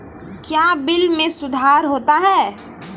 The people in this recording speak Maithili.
क्या बिल मे सुधार होता हैं?